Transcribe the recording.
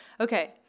Okay